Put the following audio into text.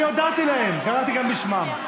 אני הודעתי להם, קראתי גם בשמם.